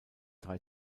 drei